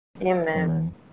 Amen